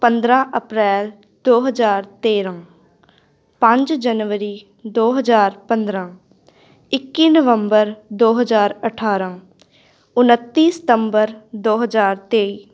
ਪੰਦਰ੍ਹਾਂ ਅਪ੍ਰੈਲ ਦੋ ਹਜ਼ਾਰ ਤੇਰ੍ਹਾਂ ਪੰਜ ਜਨਵਰੀ ਦੋ ਹਜ਼ਾਰ ਪੰਦਰ੍ਹਾਂ ਇੱਕੀ ਨਵੰਬਰ ਦੋ ਹਜ਼ਾਰ ਅਠਾਰ੍ਹਾਂ ਉਣੱਤੀ ਸਤੰਬਰ ਦੋ ਹਜ਼ਾਰ ਤੇਈ